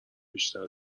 بیشتر